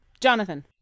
Jonathan